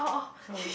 sorry